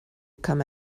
come